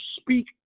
speak